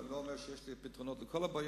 ואני לא אומר שיש לי פתרונות לכל הבעיות.